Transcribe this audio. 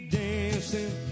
dancing